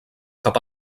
cap